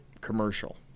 commercial